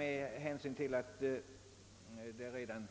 Eftersom det redan